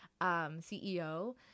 CEO